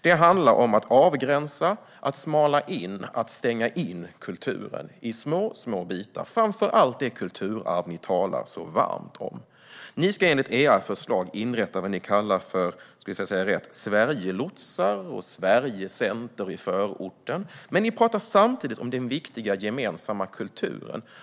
Där handlar det om att smala in, stänga in och avgränsa kulturen i små bitar, och det gäller framför allt det kulturarv som ni talar så varmt om. Ni ska enligt ert förslag inrätta något som ni kallar Sverigelotsar och Sverigecenter i förorten. Samtidigt talar ni om den viktiga gemensamma kulturen.